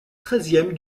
treizième